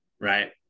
right